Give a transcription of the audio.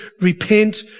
repent